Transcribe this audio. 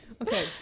Okay